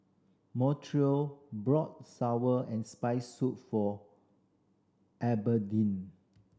Montrell bought sour and Spicy Soup for Albertine